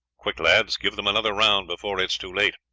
quick, lads, give them another round before it is too late.